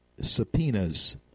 subpoenas